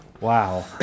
Wow